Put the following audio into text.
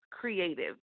creative